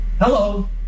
Hello